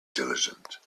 diligent